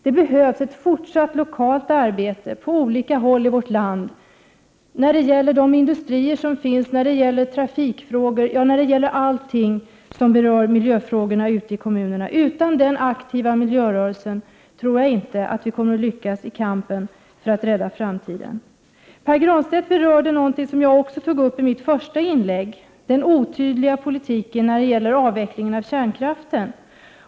Det behövs ett fortsatt lokalt arbete på olika håll i vårt land när det gäller de industrier som finns, när det gäller trafikfrågor, ja, när det gäller allting som berör miljöfrågorna ute i kommunerna. Utan den aktiva miljörörelsen tror jag inte att vi kommer att lyckas i kampen för att rädda framtiden. Pär Granstedt berörde något som också jag tog upp i mitt första inlägg, nämligen den otydliga politiken när det gäller avvecklingen av kärnkraften.